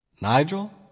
Nigel